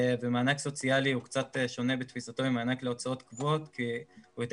ומענק סוציאלי הוא קצת שונה בתפיסתו ממענק להוצאות קבועות כי הוא יותר